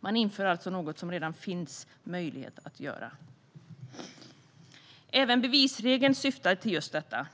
Man inför alltså något som det redan finns möjlighet att göra. Även bevisregeln syftar till just detta.